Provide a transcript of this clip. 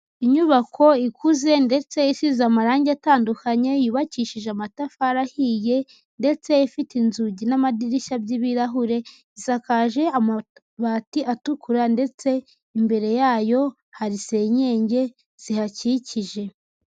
Inyubako ikuze ndetse isize amarange atandukanye, yubakishije amatafari ahiye ndetse ifite inzugi n'amadirishya by'ibirahure, isakaje amabati atukura ndetse imbere yayo hari senyenge zihakikije.